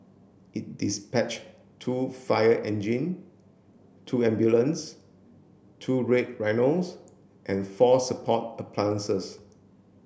it dispatched two fire engine two ambulance two Red Rhinos and four support appliances